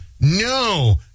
No